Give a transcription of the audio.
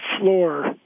floor